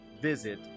visit